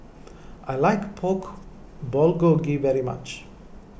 I like Pork Bulgogi very much